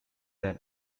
than